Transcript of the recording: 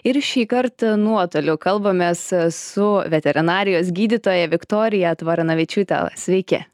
ir šįkart nuotoliu kalbamės su veterinarijos gydytoja viktorija tvaranavičiūte sveiki